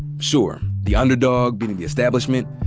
sure, the underdog beating the establishment.